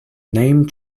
name